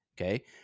okay